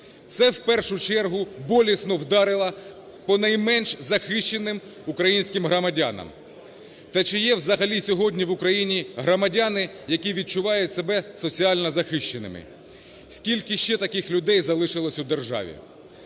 Це в першу чергу болісно вдарило по найменш захищеним українським громадянам. Та чи в є взагалі сьогодні в Україні громадяни, які відчувають себе соціально захищеними? Скільки ще таких людей залишилось у державі?